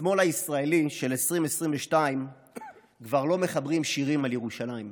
בשמאל הישראלי של 2022 כבר לא מחברים שירים על ירושלים.